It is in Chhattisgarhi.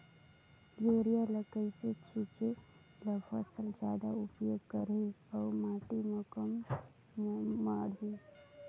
युरिया ल कइसे छीचे ल फसल जादा उपयोग करही अउ माटी म कम माढ़ही?